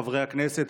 חברי הכנסת,